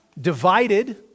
divided